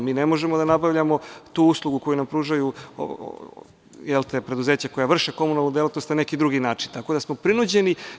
Mi ne možemo da nabavljamo tu uslugu koju nam pružaju preduzeća koja vrše komunalnu delatnost, na neki drugi način, tako da smo prinuđeni.